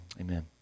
amen